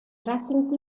racing